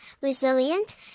resilient